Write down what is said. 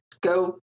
go